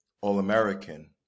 All-American